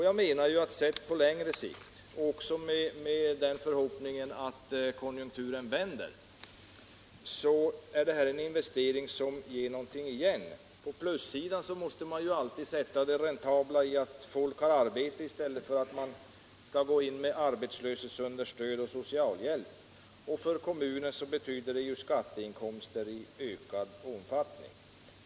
Jag menar att sett på längre sikt, och också med den förhoppningen att konjunkturen vänder, är det här en investering som ger någonting igen. På plussidan måste man ju alltid sätta det räntabla i att folk har arbete i stället för att man skall gå in med arbetslöshetsunderstöd och socialhjälp. Och för kommunen betyder det skatteinkomster i ökad omfattning.